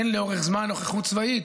אין לאורך זמן נוכחות צבאית.